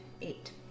eight